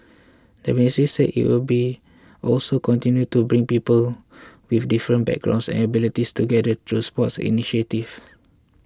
the ministry said it will be also continue to bring people with different backgrounds and abilities together through sports initiatives